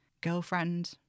Girlfriend